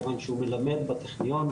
מכיוון שהוא מלמד בטכניון,